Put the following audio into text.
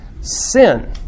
Sin